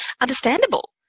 understandable